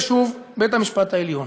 זה שוב בית-המשפט העליון.